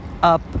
Up